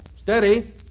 Steady